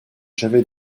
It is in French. j’avais